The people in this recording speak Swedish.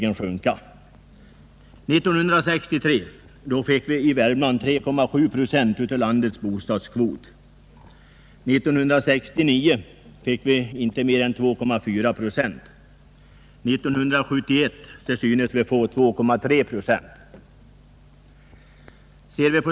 År 1963 fick vi i Värmland 3,7 procent av landets bostadskvot, 1969 fick vi 2,4 procent och 1971 synes vi få 2,3 procent.